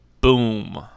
Boom